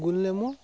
গুল নেমু